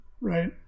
right